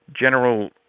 General